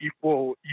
equal